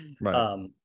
Right